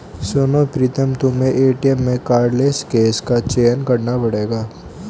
सुनो प्रीतम तुम्हें एटीएम में कार्डलेस कैश का चयन करना पड़ेगा